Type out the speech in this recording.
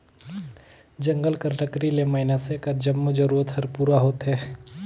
जंगल कर लकरी ले मइनसे कर जम्मो जरूरत हर पूरा होथे